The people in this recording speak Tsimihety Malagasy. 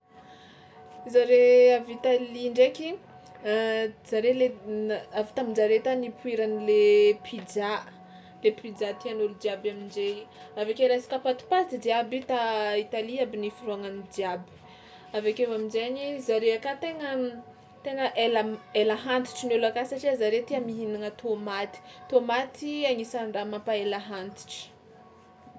Zare avy Italia ndraiky zare le na- avy tamin-jare tany nipoiran'le pizza le pizza tian'olo jiaby amin-jainy, avy ake resaka patipaty jiaby tà Italia aby niforognan'ny jiaby avy akeo amin-jainy zare aka tegna m- tegna ela ela antitra ny olo akany satria zareo tia mihinagna tômaty, tômaty agnisan'ny raha mampaela antitra.